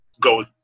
go